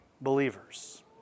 believers